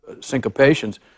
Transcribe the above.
syncopations